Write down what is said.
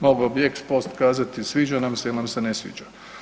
Mogao ex post kazati sviđa nam se ili nam se ne sviđa.